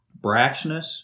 brashness